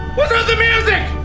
what does the music?